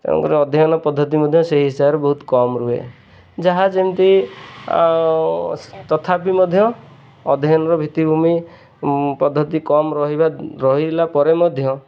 ତେଣୁକରି ଅଧ୍ୟୟନ ପଦ୍ଧତି ମଧ୍ୟ ସେଇ ହିସାବରେ ବହୁତ କମ୍ ରୁହେ ଯାହା ଯେମିତି ତଥାପି ମଧ୍ୟ ଅଧ୍ୟୟନର ଭିତ୍ତିଭୂମି ପଦ୍ଧତି କମ ରହିବା ରହିଲା ପରେ ମଧ୍ୟ